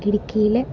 ഇടുക്കിയിലെ